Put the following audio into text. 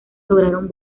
lograron